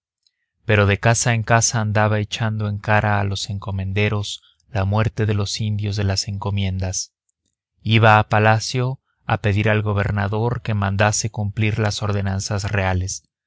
pero de casa en casa andaba echando en cara a los encomenderos la muerte de los indios de las encomiendas iba a palacio a pedir al gobernador que mandase cumplir las ordenanzas reales